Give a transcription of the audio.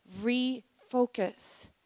refocus